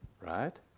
Right